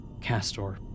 Castor